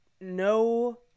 no